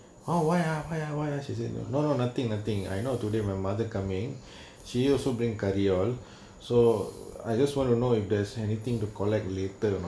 ah why ah why ah why ah she says no no no nothing nothing I know today my mother coming she also bring curry all so I just wanted to know if does anything to collect let the know